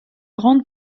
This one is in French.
grande